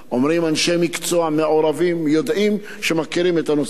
אומרים את זה אנשי מקצוע מעורבים ויודעים שמכירים את הנושא.